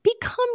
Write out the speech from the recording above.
become